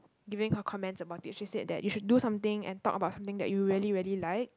giving her comments about it she said that you should do something and talk about something that you really really like